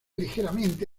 ligeramente